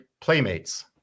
playmates